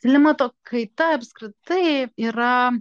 klimato kaita apskritai yra